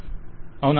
vendor అవునా